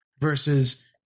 versus